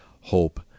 hope